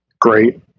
great